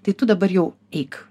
tai tu dabar jau eik